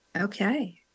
Okay